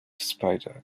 spider